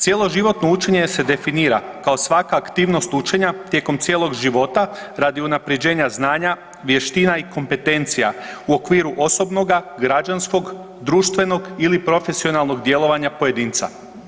Cjeloživotno učenje se definira kao svaka aktivnost učenja tijekom cijelog života radi unapređenja znanja, vještina i kompetencija u okviru osobnoga, građanskog, društvenog ili profesionalnog djelovanja pojedinca.